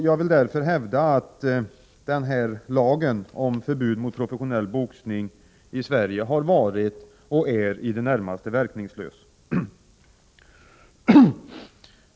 Jag vill därför hävda att denna lag om förbud mot professionell boxning har varit och är i det närmaste verkningslös.